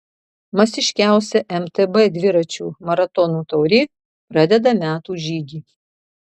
masiškiausia mtb dviračių maratonų taurė pradeda metų žygį